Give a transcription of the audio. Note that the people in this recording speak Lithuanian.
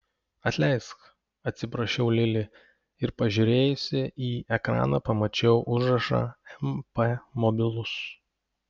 atleisk atsiprašiau lili ir pažiūrėjusi į ekraną pamačiau užrašą mp mobilus